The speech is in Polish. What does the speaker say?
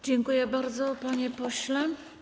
Dziękuję bardzo, panie pośle.